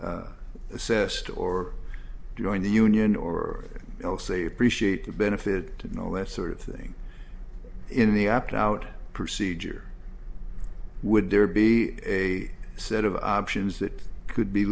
assessed or join the union or else they appreciate the benefit to know all that sort of thing in the opt out procedure would there be a set of options that could be